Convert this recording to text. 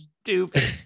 stupid